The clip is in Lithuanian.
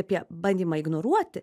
apie bandymą ignoruoti